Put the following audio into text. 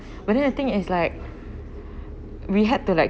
but then the thing is like we had to like